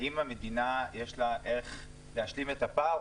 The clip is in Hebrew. האם למדינה יש איך להשלים את הפער?